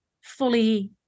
fully